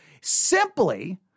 Simply